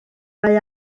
mae